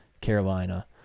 Carolina